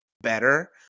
better